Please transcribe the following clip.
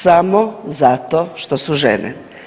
Samo zato što su žene.